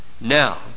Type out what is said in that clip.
Now